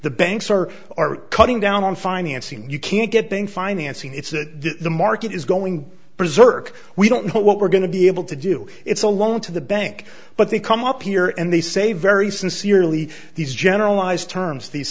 the banks are are cutting down on financing you can't get thing financing it's that the market is going to preserve we don't know what we're going to be able to do it's a loan to the bank but they come up here and they say very sincerely these generalized terms these